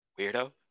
weirdo